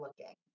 looking